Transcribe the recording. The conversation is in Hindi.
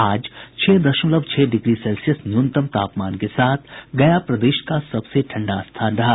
आज छह दशमलव छह डिग्री सेल्सियस न्यूनतम तापमान के साथ गया प्रदेश का सबसे ठंडा स्थान रहा